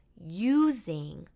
using